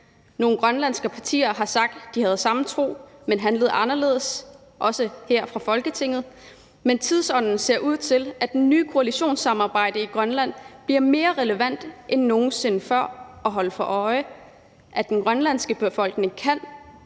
Nogle grønlandske partier har sagt, at de havde samme tro, men har handlet anderledes, også her i Folketinget, men med den nye tidsånd og det nye koalitionssamarbejde i Grønland bliver det mere relevant end nogen sinde før at holde sig for øje, at den grønlandske befolkning kan